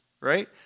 right